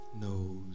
knows